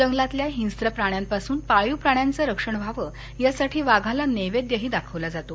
जंगलातील हिंस्र प्राण्यापासून पाळीव प्राण्याचं रक्षण व्हावं यासाठी वाघाला नैवद्यही दाखवला जातो